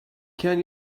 can